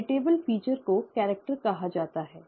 heritable feature को character कहा जाता है